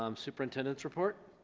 um superintendents report?